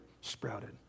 sprouted